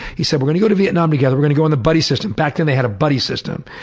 he said we're gonna go to vietnam together. we're gonna go on the buddy system. back then they had a buddy system,